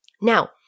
Now